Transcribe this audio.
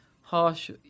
harsh